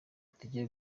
tugiye